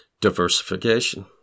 diversification